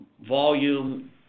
volume